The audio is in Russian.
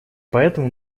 поэтому